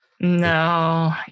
No